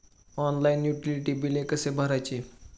Online utility बिले कसे भरायचे?